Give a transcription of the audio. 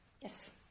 Yes